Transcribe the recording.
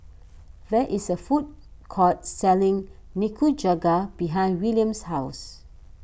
there is a food court selling Nikujaga behind Willam's house